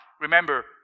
remember